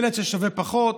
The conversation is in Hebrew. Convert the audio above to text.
ילד ששווה פחות.